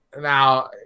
Now